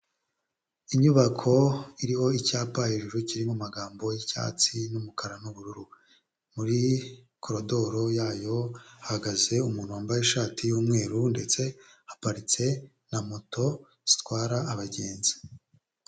Inyubako iriho icyapa hejuru kiri mu magambo yi'cyatsi n'umukara n'ubururu, muri koridoro yayo hahagaze umuntu wambaye ishati y'umweru, ndetse haparitse na moto zitwara abagenzi.